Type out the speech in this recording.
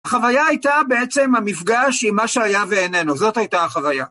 החוויה הייתה בעצם המפגש עם מה שהיה ואיננו, זאת הייתה החוויה.